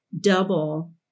double